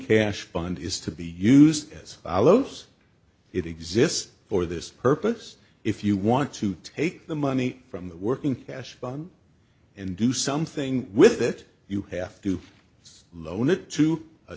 cash bond is to be used as follows it exists for this purpose if you want to take the money from the working cash bond and do something with it you have to just loan it to a